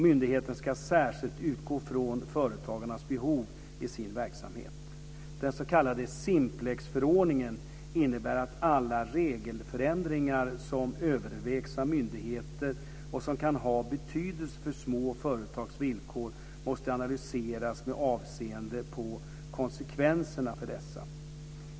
Myndigheten ska särskilt utgå från företagarnas behov i sin verksamhet. Den s.k. Simplexförordningen innebär att alla regelförändringar som övervägs av myndigheter och som kan ha betydelse för små företags villkor måste analyseras med avseende på konsekvenserna för dessa.